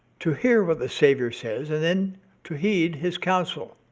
to hear what the savior says and then to heed his counsel.